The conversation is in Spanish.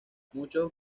muchos